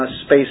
space